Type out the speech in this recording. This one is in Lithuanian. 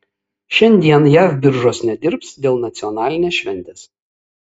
šiandien jav biržos nedirbs dėl nacionalinės šventės